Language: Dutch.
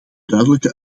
duidelijke